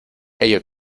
ello